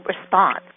response